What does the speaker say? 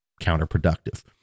counterproductive